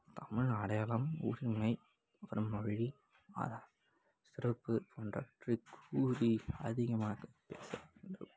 தமிழ் அடையாளம் உரிமை அப்புறம் மொழி ஆதாரம் சிறப்பு போன்றவற்றை கூறி அதிகமாகப் பேச வேண்டும்